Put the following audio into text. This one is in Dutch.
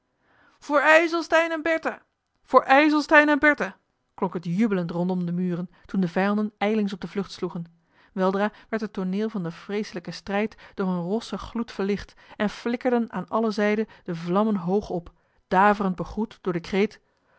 voor ijselstein en bertha voor ijselstein en bertha klonk het jubelend rondom de muren toen de vijanden ijlings op de vlucht sloegen weldra werd het tooneel van den vreeselijken strijd door een rossen gloed verlicht en flikkerden aan alle zijden de vlammen hoog op daverend begroet door den